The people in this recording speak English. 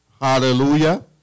Hallelujah